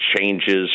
changes